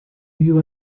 you